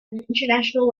international